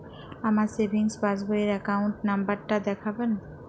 আমার savings passbook র account number টা দেখাবেন?